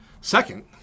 Second